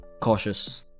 cautious